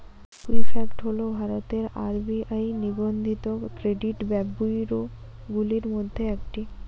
Equifax হল ভারতের RBI নিবন্ধিত ক্রেডিট ব্যুরোগুলির মধ্যে একটি